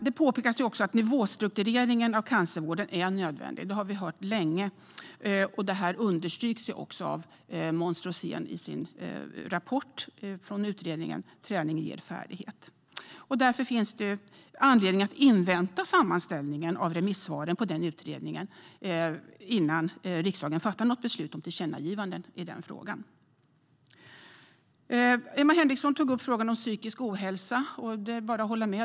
Det påpekas att nivåstrukturering av cancervården är nödvändig. Det har vi hört länge, och det understryks också av Måns Rosén i hans utredningsrapport Träning ger färdighet . Därför finns det anledning att invänta sammanställningen av remissvaren på den utredningen innan riksdagen fattar något beslut om tillkännagivande i den frågan. Emma Henriksson tog upp frågan om psykisk ohälsa. Det är bara att hålla med.